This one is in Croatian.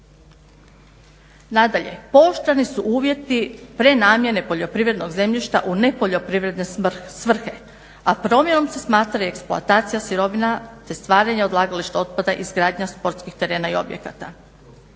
Nadalje, pooštreni su uvjeti prenamjene poljoprivrednog zemljišta u nepoljoprivredne svrhe, a promjenom se smatra eksploatacija sirovina te stvaranje odlagališta otpada i izgradnja sportskih terena i objekata.